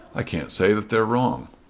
i can't say that they're wrong.